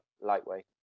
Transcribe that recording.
lightweight